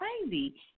crazy